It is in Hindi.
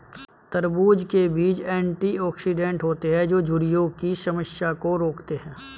तरबूज़ के बीज एंटीऑक्सीडेंट होते है जो झुर्रियों की समस्या को रोकते है